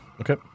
Okay